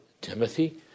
Timothy